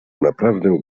naprawdę